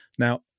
Now